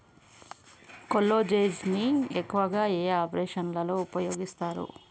కొల్లాజెజేని ను ఎక్కువగా ఏ ఆపరేషన్లలో ఉపయోగిస్తారు?